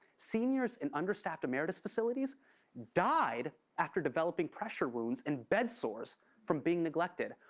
seniors in understaffed emeritus facilities died after developing pressure wounds and bed sores from being neglected.